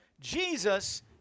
Jesus